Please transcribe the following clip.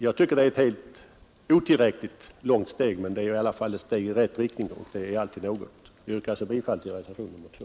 Jag tycker det är ett helt otillräckligt steg, men ett steg i rätt riktning är ju alltid något. Jag yrkar alltså bifall till reservationen 2.